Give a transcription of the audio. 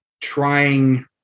trying